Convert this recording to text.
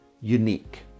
unique